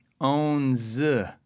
Owns